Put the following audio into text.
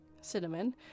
cinnamon